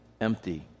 empty